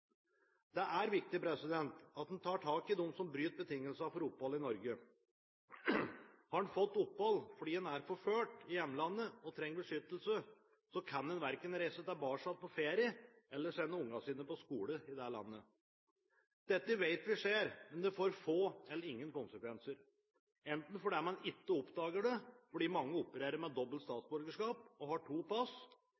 Det er viktig at man tar tak i dem som bryter betingelsene for opphold i Norge. Har man fått opphold fordi man er forfulgt i hjemlandet og trenger beskyttelse, kan man verken reise tilbake på ferie eller sende barna sine på skole i det landet. Dette vet vi skjer, men det får få eller ingen konsekvenser, enten fordi man ikke oppdager det fordi mange opererer med dobbelt